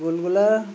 ᱜᱩᱞᱜᱩᱞᱟᱹ